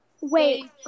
wait